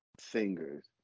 singers